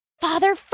Father